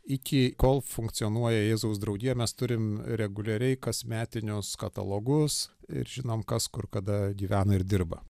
iki kol funkcionuoja jėzaus draugija mes turim reguliariai kasmetinius katalogus ir žinom kas kur kada gyvena ir dirba